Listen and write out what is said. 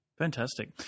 Fantastic